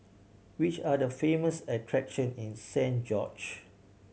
which are the famous attraction in Saint George